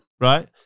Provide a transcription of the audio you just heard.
Right